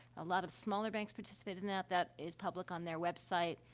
a lot of smaller banks participated in that. that is public on their website,